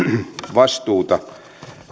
vastuuta